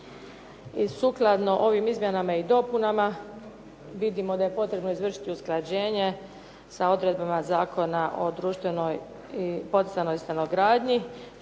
I sukladno ovim izmjenama i dopunama vidimo da je potrebno izvršiti usklađenje sa odredbama Zakona o društveno poticanoj stanogradnji